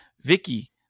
Vicky